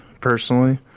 personally